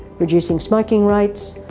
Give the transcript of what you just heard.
reducing smoking rates,